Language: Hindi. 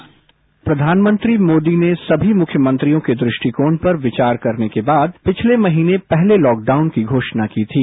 बाइट प्रधानमंत्री मोदी ने सभी मुख्यमंत्रियों के द्रष्टिकोण पर विचार करने के बाद पिछले महीने पहले लॉकडाउन की घोषणा की थी